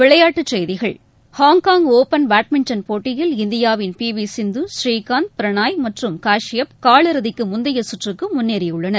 விளையாட்டுச் செய்திகள் Hong Kong open badminton போட்டியில் இந்தியாவின் பி வி சிந்து ஸ்ரீகாந்த் பிரணாய் மற்றும் காஷ்பப் காலிறுதிக்கு முந்தைய சுற்றுக்கு முன்னேறியுள்ளனர்